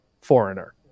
foreigner